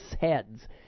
heads